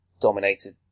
dominated